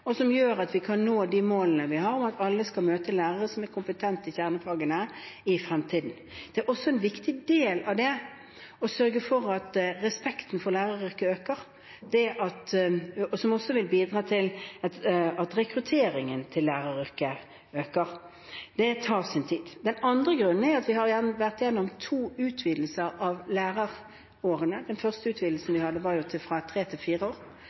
og som gjør at vi kan nå de målene vi har om at alle skal møte lærere som er kompetente i kjernefagene i fremtiden. En viktig del av det er å sørge for at respekten for læreryrket øker, som også vil bidra til at rekrutteringen til læreryrket øker. Det tar sin tid. Den andre grunnen er at vi har vært gjennom to utvidelser av lærerårene. Den første utvidelsen vi hadde, var fra tre år til fire år,